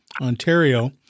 Ontario